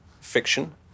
fiction